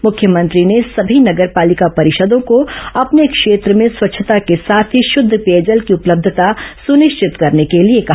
मुख्यमंत्री ने सभी नगर पालिका परिषदों को अपने क्षेत्र में स्वच्छता के साथ ही शद्ध पेयजल की उपलब्धता सनिश्चित करने के लिए कहा